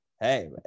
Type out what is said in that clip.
hey